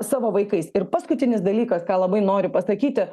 savo vaikais ir paskutinis dalykas ką labai noriu pasakyti